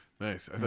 nice